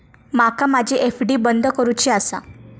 माका माझी एफ.डी बंद करुची आसा